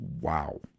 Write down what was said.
Wow